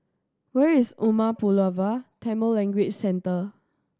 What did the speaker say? where is Umar Pulavar Tamil Language Centre